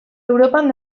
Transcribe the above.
europan